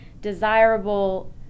desirable